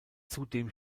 zudem